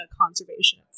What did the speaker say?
conservation